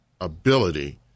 ability